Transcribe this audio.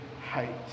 height